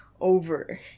over